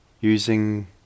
using